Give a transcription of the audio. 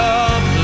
up